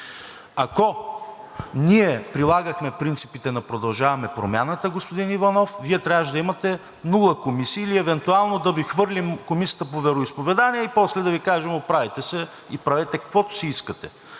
Ако ние прилагахме принципите на „Продължаваме Промяната“, господин Иванов, Вие трябваше да имате нула комисии или евентуално да Ви хвърлим Комисията по вероизповедание и после да Ви кажем: „Оправяйте се и правете каквото си искате.“